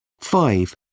Five